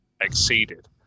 exceeded